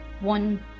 one